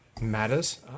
matters